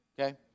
Okay